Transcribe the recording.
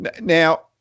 Now